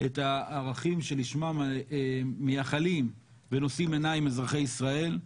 את הערכים שלשמם מייחלים ונושאים עיניים אזרחי ישראל,